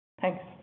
Thanks